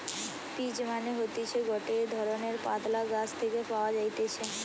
peach মানে হতিছে গটে ধরণের পাতলা গাছ থেকে পাওয়া যাইতেছে